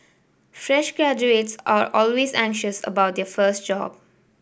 fresh graduates are always anxious about their first job